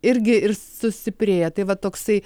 irgi ir sustiprėja tai va toksai